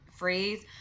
phrase